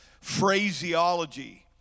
phraseology